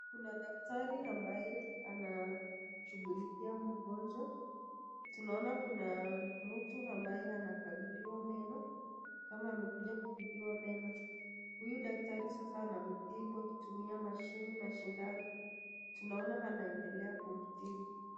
Kuna daktari ambaye anashughulikia mgonjwa, tunaona kuna mtu ambaye anakaguliwa meno ama amekuja kutibiwa meno, huyu daktari sasa anamtibu akitumia mashini na sindano, tunaona anaendelea kumtibu.